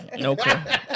Okay